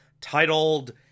titled